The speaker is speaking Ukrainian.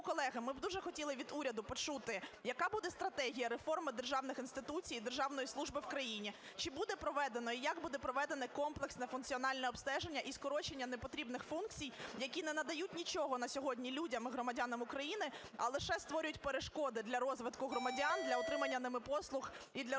колеги, ми дуже хотіли б від уряду почути, яка буде стратегія реформи державних інституцій і державної служби в країні? Чи буде проведено і як буде проведено комплексне функціональне обстеження і скорочення непотрібних функцій, які не надають нічого на сьогодні людям і громадянам України, а лише створюють перешкоди для розвитку громадян, для отримання ними послуг і для розвитку